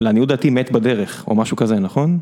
לעניות דעתי מת בדרך, או משהו כזה, נכון?